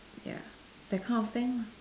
ya that kind of thing